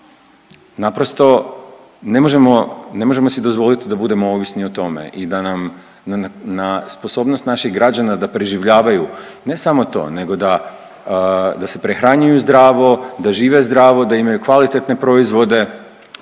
naprosto ne možemo si dozvoliti da budemo ovisni o tome i da nam na sposobnost naših građana da preživljavaju. Ne samo to, nego da se prehranjuju zdravo, da žive zdravo, da imaju kvalitetne proizvode